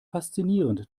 faszinierend